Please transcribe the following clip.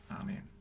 Amen